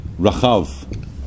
Rachav